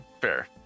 Fair